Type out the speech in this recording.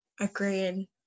Agreed